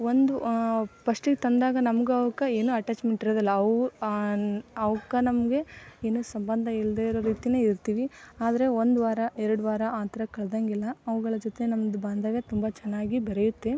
ಒಂದು ಫಸ್ಟಿಗೆ ತಂದಾಗ ನಮ್ಗು ಅವಕ್ಕೆ ಏನು ಅಟ್ಯಾಚ್ಮೆಂಟ್ ಇರೋದಿಲ್ಲ ಅವು ಅವ್ಕೆ ನಮಗೆ ಏನು ಸಂಬಂಧ ಇಲ್ದೆ ಇರೋ ರೀತಿನೇ ಇರ್ತೀವಿ ಆದರೆ ಒಂದುವಾರ ಎರಡುವಾರ ಆ ಥರ ಕಳೆದಂಗೆಲ್ಲ ಅವುಗಳ ಜೊತೆ ನಮ್ಮದು ಬಾಂಧವ್ಯ ತುಂಬ ಚೆನ್ನಾಗಿ ಬೆರೆಯುತ್ತೆ